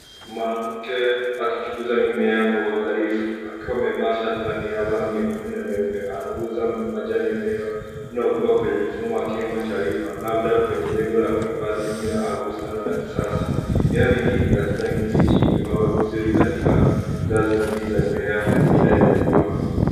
Mwanamke akichunguza mmea kwa uangalifu akiwa amevaa shati la miraba mekundu na meupe. Anaguza majani ya mmea uliokua kwenye mfumo wa kiima cha wima. Labda kwenye mjengo wa kuhifadhi mimea au bustani la kisasa. Mimea mingi ya kijani kibichi imepangwa vizuri katika ngazi nyingi ya mimea inayokuua.